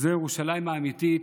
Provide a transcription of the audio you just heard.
זוהי ירושלים האמיתית,